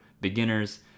beginners